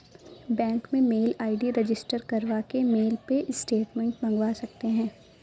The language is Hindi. बैंक में मेल आई.डी रजिस्टर करवा के मेल पे स्टेटमेंट मंगवा सकते है